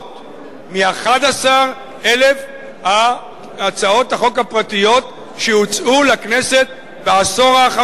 מ-11,000 הצעות החוק הפרטיות שהוצעו לכנסת בעשור האחרון.